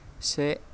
से